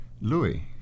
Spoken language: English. Louis